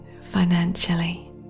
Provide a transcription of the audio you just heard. financially